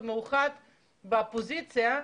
באופוזיציה,